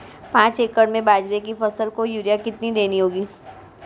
पांच एकड़ में बाजरे की फसल को यूरिया कितनी देनी होगी?